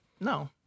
No